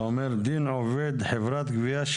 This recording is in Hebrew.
אתה אומר דין עובד חברת גבייה,